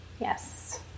Yes